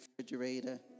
refrigerator